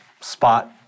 spot